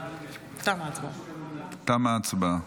תמה ההצבעה.